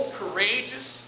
courageous